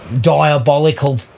diabolical